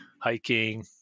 hiking